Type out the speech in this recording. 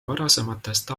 varasematest